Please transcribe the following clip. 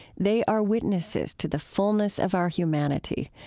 they are witnesses to the fullness of our humanity.